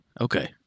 Okay